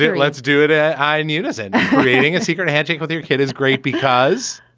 it. let's do it. i knew this in creating a secret handshake with your kid is great. because?